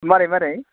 मारै मारै